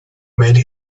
made